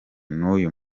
nuyu